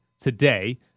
today